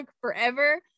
forever